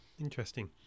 Interesting